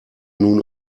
nun